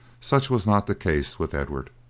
such was not the case with edward.